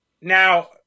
Now